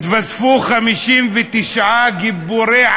התווספו 59 גיבורי-על,